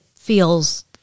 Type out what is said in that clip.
feels